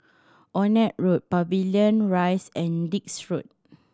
Onraet Road Pavilion Rise and Dix Road